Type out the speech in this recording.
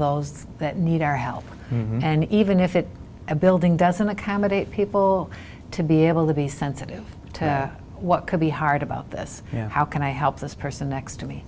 those that need our help and even if it a building doesn't accommodate people to be able to be sensitive to what could be hard about this you know how can i help this person next to me